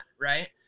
right